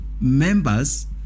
members